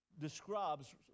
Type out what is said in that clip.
describes